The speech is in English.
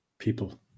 People